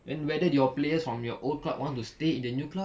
then whether your players from your old club want to stay in the new club